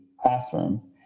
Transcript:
classroom